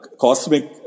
cosmic